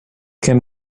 can